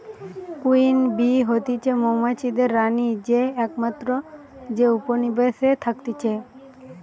queen bee হতিছে মৌমাছিদের রানী যে একমাত্র যে উপনিবেশে থাকতিছে